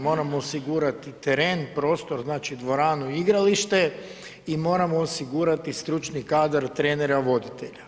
Moramo osigurati teren, prostor, znači dvoranu, igralište i moramo osigurati stručni kadar trenera, voditelja.